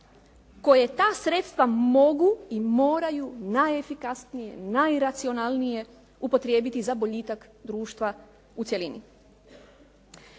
koje ta sredstva mogu i moraju najefikasnije, najracionalnije upotrijebiti za boljitak društva u cjelini.